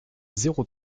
zéro